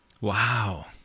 Wow